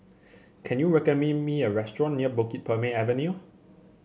can you recommend me a restaurant near Bukit Purmei Avenue